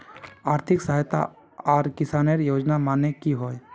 आर्थिक सहायता आर किसानेर योजना माने की होय?